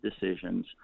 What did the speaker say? decisions